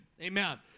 Amen